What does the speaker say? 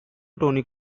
tony